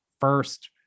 first